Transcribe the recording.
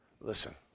Listen